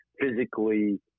physically